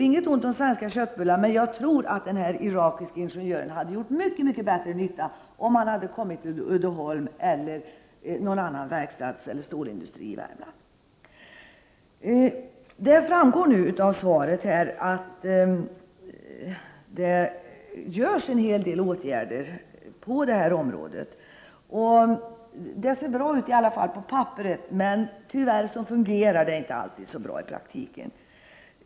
Inget ont om svenska köttbullar, men jag tror att den här irakiske ingenjören hade gjort mycket bättre nytta om han hade kommit till Uddeholm eller någon annan verkstadseller storindustri i Värmland. Det framgår nu av svaret att det vidtas en hel del åtgärder på det här området. Det ser bra ut, i varje fall på papperet. Men tyvärr fungerar det inte alltid så bra i praktiken.